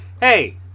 hey